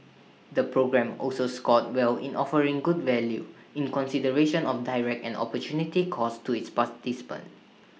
the programme also scored well in offering good value in consideration of direct and opportunity costs to its participants